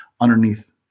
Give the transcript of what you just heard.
underneath